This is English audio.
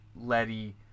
Letty